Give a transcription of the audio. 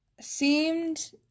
seemed